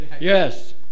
Yes